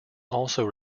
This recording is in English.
also